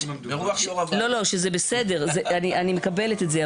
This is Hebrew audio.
אני מקבלת את זה.